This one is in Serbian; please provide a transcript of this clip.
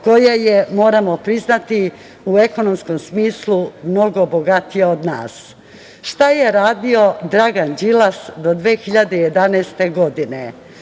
koja je moramo priznati u ekonomskom smislu mnogo bogatija od nas. Šta je radio Dragan Đilas do 2011. godine?